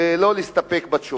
ולא להסתפק בתשובה.